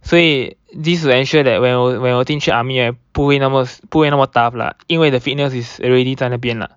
所以 this will ensure that 我 when 我进去 army 也不会那么不会那么 tough lah 因为 the fitness is already 在那边了